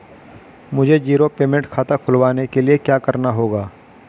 मुझे zero payment खाता खुलवाने के लिए क्या करना होगा?